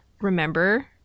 remember